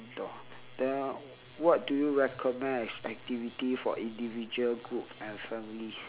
then what do you recommend as activity for individual group and family